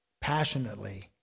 passionately